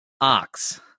Ox